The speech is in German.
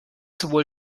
sowohl